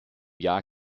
jahr